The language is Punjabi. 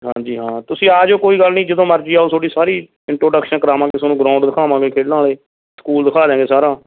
ਹਾਂਜੀ ਹਾਂ ਤੁਸੀਂ ਆ ਜਿਓ ਕੋਈ ਗੱਲ ਨਹੀਂ ਜਦੋਂ ਮਰਜ਼ੀ ਆਉ ਤੁਹਾਡੀ ਸਾਰੀ ਇੰਟਰੋਡਕਸ਼ਨ ਕਰਾਵਾਂਗੇ ਤੁਹਾਨੂੰ ਗਰਾਊਂਡ ਦਿਖਾਵਾਂਗੇ ਖੇਡਾਂ ਵਾਲੇ ਸਕੂਲ ਦਿਖਾ ਦਿਆਂਗੇ ਸਾਰਾ